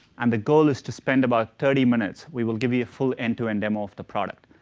and the goal is to spend about thirty minutes, we will give you a full end-to-end demo off the product,